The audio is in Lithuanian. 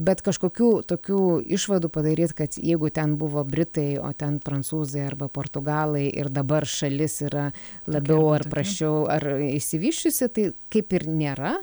bet kažkokių tokių išvadų padaryt kad jeigu ten buvo britai o ten prancūzai arba portugalai ir dabar šalis yra labiau ar prasčiau ar išsivysčiusi tai kaip ir nėra